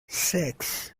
six